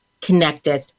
connected